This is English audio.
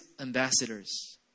ambassadors